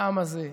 לעם הזה,